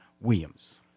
Williams